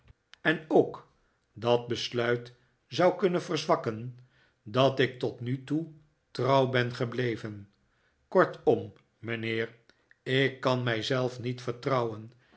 en ook dat besluit zou kunnen verzwakken dat ik tot nu toe trouw ben gebleven kortom mijnheer ik kan mij zelf niet vertrouwen